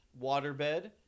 Waterbed